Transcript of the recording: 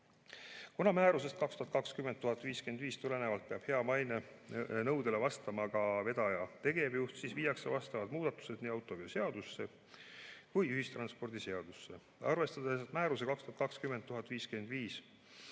Kuna määrusest 2020/1055 tulenevalt peab hea maine nõudele vastama ka vedaja tegevjuht, siis viiakse vastavad muudatused nii autoveoseadusesse kui ka ühistranspordiseadusesse. Arvestades, et määrus 2020/1055